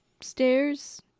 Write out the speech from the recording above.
stairs